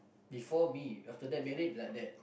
before me after that marry like that